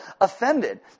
offended